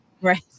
Right